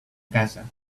casa